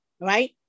right